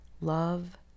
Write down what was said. love